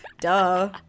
duh